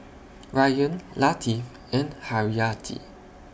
Ryan Latif and Haryati